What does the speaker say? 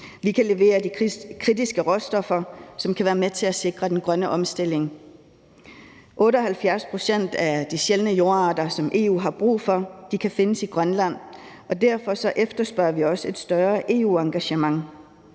Vi kan levere de kritiske råstoffer, som kan være med til at sikre den grønne omstilling. 78 pct. af de sjældne jordarter, som EU har brug for, kan findes i Grønland, og derfor efterspørger vi også et større EU-engagement.